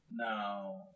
Now